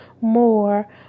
more